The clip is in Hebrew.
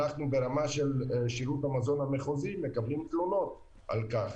אנחנו ברמה של שירות המזון המחוזי מקבלים תלונות על כך.